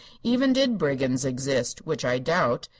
even did brigands exist, which i doubt.